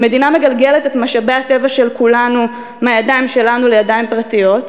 המדינה מגלגלת את משאבי הטבע של כולנו מהידיים שלנו לידיים פרטיות,